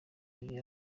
biri